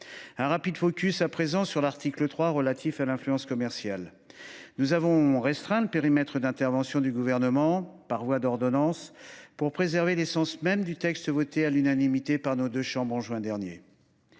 rapidement sur l’article 3, relatif à l’influence commerciale. Nous avons restreint le périmètre dans lequel le Gouvernement pourra agir par voie d’ordonnance, pour préserver l’essence même du texte voté à l’unanimité par nos deux chambres en juin dernier.